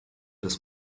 dass